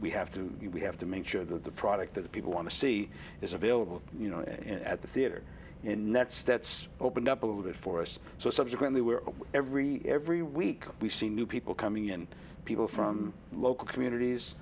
we have to we have to make sure that the product that people want to see is available you know at the theater in that stats opened up a little bit for us so subsequently we're every every week we see new people coming in people from local communities